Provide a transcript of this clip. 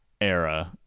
era